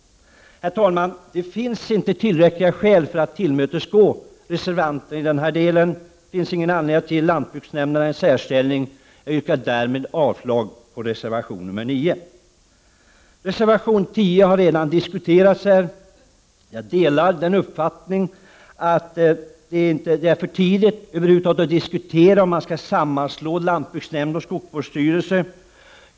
Herr talman! Det finns inte tillräckliga skäl för att tillmötesgå reservanterna i denna del och därmed ge lantbruksnämnderna en särställning. Jag yrkar därmed avslag på reservation nr 9. Reservation nr 10 har redan diskuterats. Jag delar uppfattningen att det är för tidigt att diskutera en sammanslagning av lantbruksnämnd och skogsvårdsstyrelse.